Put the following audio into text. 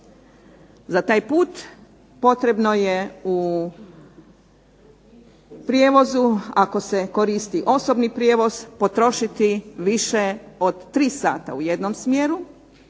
Za taj put potrebno je u prijevozu ako se koristi osobni prijevoz potrošiti više od tri sata u jednom smjeru